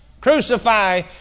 Crucify